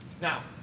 Now